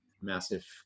massive